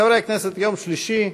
חברי הכנסת, יום שלישי,